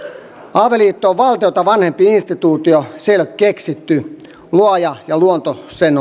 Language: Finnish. on valtiota vanhempi instituutio se ei ole keksitty luoja ja luonto sen